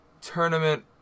tournament